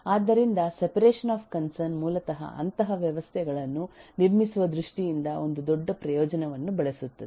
ಆದ್ದರಿಂದ separation of concern ಮೂಲತಃ ಅಂತಹ ವ್ಯವಸ್ಥೆಗಳನ್ನು ನಿರ್ಮಿಸುವ ದೃಷ್ಟಿಯಿಂದ ಒಂದು ದೊಡ್ಡ ಪ್ರಯೋಜನವನ್ನು ಬಳಸುತ್ತದೆ